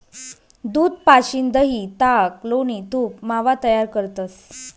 दूध पाशीन दही, ताक, लोणी, तूप, मावा तयार करतंस